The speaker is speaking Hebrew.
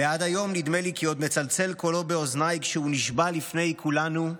ועד היום נדמה לי כי עוד מצלצל קולו באוזניי כשהוא נשבע לפני כולנו: